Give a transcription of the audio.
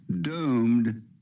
doomed